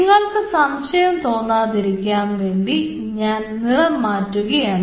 നിങ്ങൾക്ക് സംശയം തോന്നാതിരിക്കാൻ വേണ്ടി ഞാൻ നിറം മാറ്റുകയാണ്